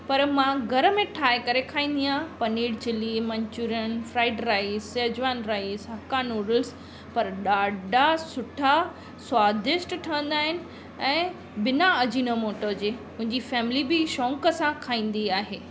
पर मां घर में ठाहे करे खाईंदी आहियां paneer chilli Manchurian fried rice Schezwan rice Hakka noodles पर ॾाढा सुठा स्वादिष्ट ठहींदा आहिनि ऐं बिना अजीनोमोटो जे मुंहिंजी फ़ैमिली बि शौंक़ु सां खाईंदी आहे